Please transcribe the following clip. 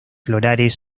florales